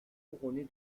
couronnée